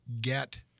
get